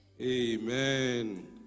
amen